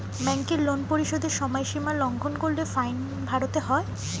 ব্যাংকের লোন পরিশোধের সময়সীমা লঙ্ঘন করলে ফাইন ভরতে হয়